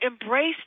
embrace